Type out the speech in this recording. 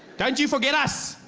don't you forget us.